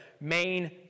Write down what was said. main